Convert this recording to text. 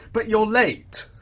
but you're late.